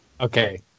Okay